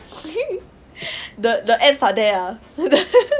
the the abs are there ah